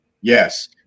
Yes